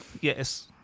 Yes